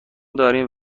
داریم